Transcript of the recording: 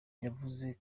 yavuze